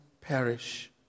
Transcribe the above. perish